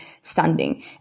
standing